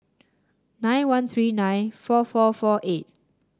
nine one three nine four four four eight